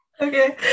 Okay